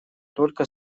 только